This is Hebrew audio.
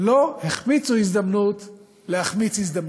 לא החמיצו הזדמנות להחמיץ הזדמנות.